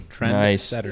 Nice